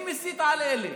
מי מסית על אלה.